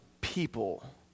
people